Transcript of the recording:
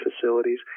facilities